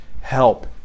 help